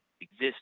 exist